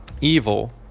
evil